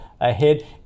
ahead